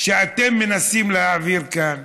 שאתם מנסים להעביר כאן,